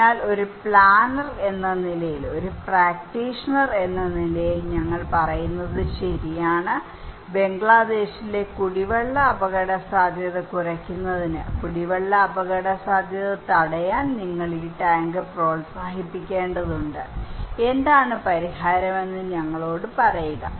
അതിനാൽ ഒരു പ്ലാനർ എന്ന നിലയിൽ ഒരു പ്രാക്ടീഷണർ എന്ന നിലയിൽ ഞങ്ങൾ പറയുന്നത് ശരിയാണ് ബംഗ്ലാദേശിലെ കുടിവെള്ള അപകടസാധ്യത കുറയ്ക്കുന്നതിന് കുടിവെള്ള അപകടസാധ്യത തടയാൻ നിങ്ങൾ ഈ ടാങ്ക് പ്രോത്സാഹിപ്പിക്കേണ്ടതുണ്ട് എന്താണ് പരിഹാരമെന്ന് ഞങ്ങളോട് പറയുക